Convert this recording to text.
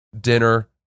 dinner